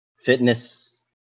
fitness